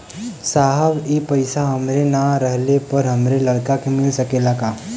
साहब ए पैसा हमरे ना रहले पर हमरे लड़का के मिल सकेला का?